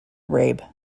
rabe